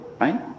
right